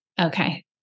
Okay